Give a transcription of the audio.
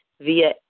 via